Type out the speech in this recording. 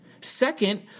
Second